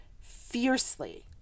fiercely